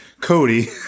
Cody